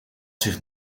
zich